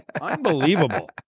Unbelievable